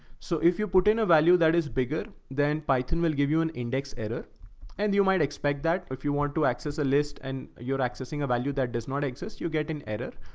so if you put in a value that is bigger than by ten, we'll give you an index error and you might expect that, if you want to access a list and you're accessing a value that does not exist, you get an error.